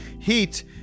Heat